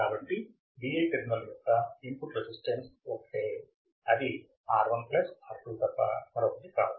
కాబట్టి Vi terminal యొక్క input resistance ఒకటే అది R1 R2 తప్ప మరొకటి కాదు